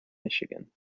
michigan